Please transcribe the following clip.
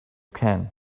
can